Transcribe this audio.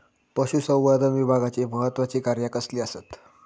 पशुसंवर्धन विभागाची महत्त्वाची कार्या कसली आसत?